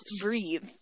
breathe